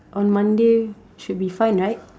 on Monday should be fine right